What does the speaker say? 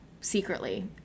secretly